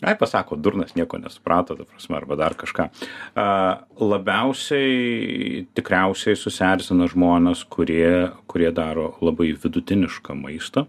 ai pasako durnas nieko nesuprato ta prasme arba dar kažką a labiausiai tikriausiai susierzina žmonės kurie kurie daro labai vidutinišką maistą